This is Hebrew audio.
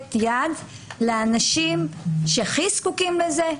לתת יד לאנשים שהכי זקוקים לזה,